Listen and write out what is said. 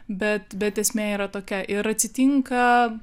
bet bet esmė yra tokia ir atsitinka